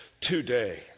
today